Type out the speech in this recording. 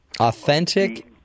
Authentic